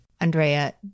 Andrea